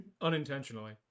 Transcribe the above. unintentionally